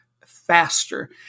faster